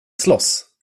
slåss